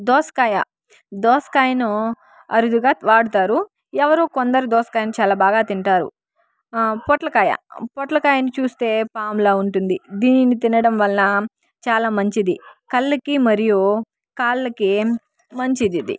దోసకాయ దోసకాయను అరుదుగా వాడుతారు ఎవరు కొందరు దోసకాయను చాలా బాగా తింటారు పొట్లకాయ పొట్లకాయని చూస్తే పాముల ఉంటుంది దీనిని తినడం వల్ల చాలా మంచిది కళ్ళకి మరియు కాళ్ళకి మంచిది ఇది